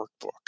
workbook